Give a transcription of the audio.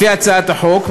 לפי הצעת החוק,